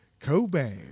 Cobain